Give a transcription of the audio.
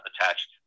attached